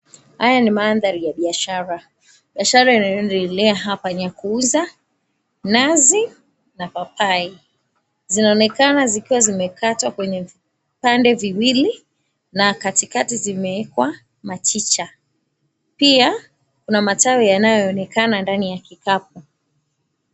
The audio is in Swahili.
Haya ni mandhari ya biashara. Biashara inayoendelea hapa ni ya kuuza nazi na papai. Zinaonekana zikiwa zimekatwa kwenye vipande viwili na katikati zimewekwa machicha. Pia kuna matawi yanayoonekana ndani ya kikapu.